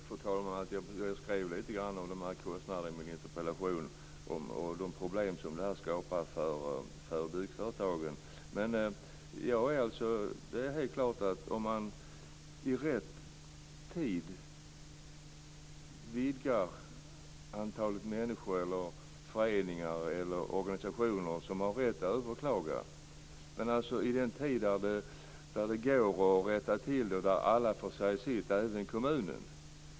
Fru talman! Jag skrev lite grann om kostnaderna och de problem som de skapar för byggföretagen i min interpellation. Jag har ingenting emot att vidga antalet människor, föreningar eller organisationer som har rätt att överklaga inom en tidsram där det är möjligt att rätta till. Alla skall få säga sitt - även i kommunen.